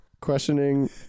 questioning